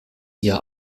hier